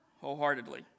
wholeheartedly